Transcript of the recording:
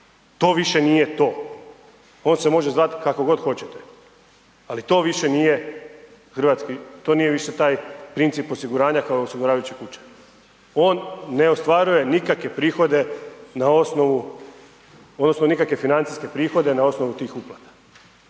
to više nije to, on se može zvati kako god hoćete ali to više nije hrvatski, to nije više taj princip osiguranja kao osiguravajuće kuće. On ne ostvaruje nikakve prihode na osnovu odnosno